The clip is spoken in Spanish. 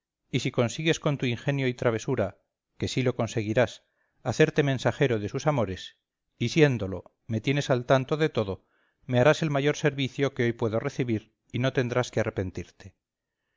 y si consigues con tu ingenio y travesura que sí lo conseguirás hacerte mensajero de sus amores y siéndolo me tienes al tanto de todo me harás el mayor servicio que hoy puedo recibir y no tendrás que arrepentirte